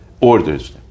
orders